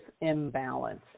imbalance